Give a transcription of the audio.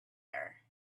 air